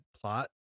plot